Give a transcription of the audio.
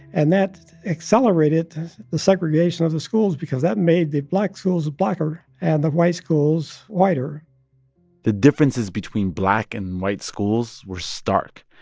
and that accelerated the segregation of the schools because that made the black schools blacker and the white schools whiter the differences between black and white schools were stark.